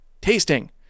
tasting